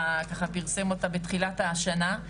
ככה פרסם אותה בתחילת השנה.